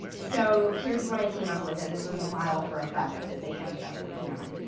so here's what i came up with, and this was a model for a project that they ended up working on.